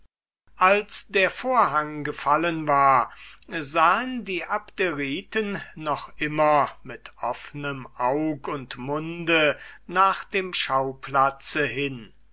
als der vorhang gefallen war sahen die abderiten noch immer mit offnem aug und munde nach dem schauplatz hin